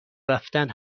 رفتن